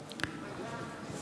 שלמה קרעי,